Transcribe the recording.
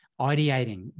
ideating